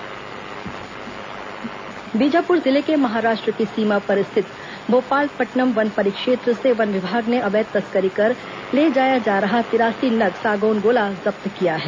सौगान जब्त बीजापुर जिले के महाराष्ट्र की सीमा पर स्थित भोपालपट्नम वन परिक्षेत्र से वन विभाग ने अवैध तस्करी कर ले जाया जा रहा तिरासी नग सागौन गोला जब्त किया है